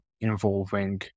involving